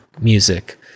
music